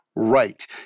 Right